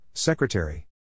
Secretary